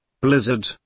blizzard